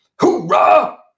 hoorah